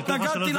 התנגדתי להצעה.